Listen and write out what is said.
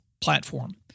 platform